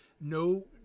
No